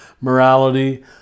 morality